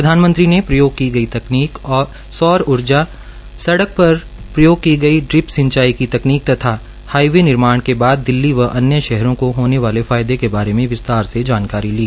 प्रधानमंत्री ने प्रयोग की गई तकनीक अब सौर उर्जा सड़क सड़क पर प्रयोग की गई ड्रिप सिंचाई की तकनीक हाईवे निर्माण के बाद दिल्ली व अन्य शहरों को होने वाले फायदे के बारे में विस्तार से जानकारी दी